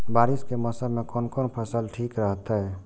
बारिश के मौसम में कोन कोन फसल ठीक रहते?